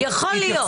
יכול להיות,